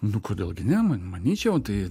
nu kodėl gi ne man manyčiau tai